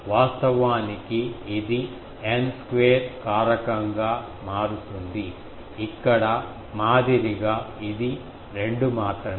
వాస్తవానికి ఇది N square కారకంగా మారుతుంది ఇక్కడ మాదిరిగా ఇది 2 మాత్రమే